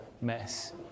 mess